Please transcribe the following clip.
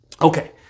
Okay